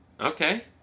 okay